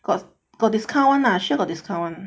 got got discount [one] ah sure got discount